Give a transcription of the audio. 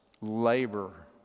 labor